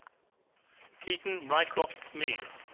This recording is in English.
keaton rycroft smee.